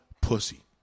pussy